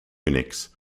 unix